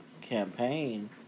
Campaign